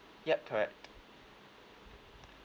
yup correct